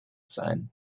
sein